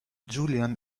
julian